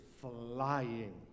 flying